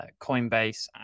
Coinbase